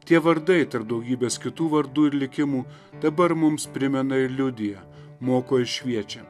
tie vardai tarp daugybės kitų vardų ir likimų dabar mums primena ir liudija moko ir šviečia